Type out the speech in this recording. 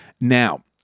Now